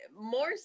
more